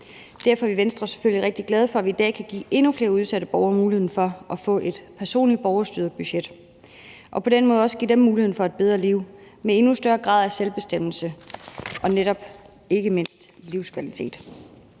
Derfor er vi i Venstre selvfølgelig rigtig glade for, at vi i dag kan give endnu flere udsatte borgere muligheden for at få et personligt borgerstyret budget og på den måde også give dem muligheden for et bedre liv med endnu større grad af selvbestemmelse og ikke mindst netop livskvalitet.